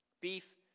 Beef